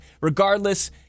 Regardless